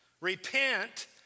Repent